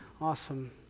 Awesome